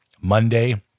Monday